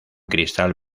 cristal